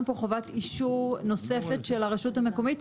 פה חובת אישור נוספת של הרשות המקומית.